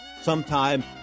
sometime